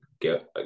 get